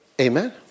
Amen